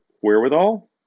wherewithal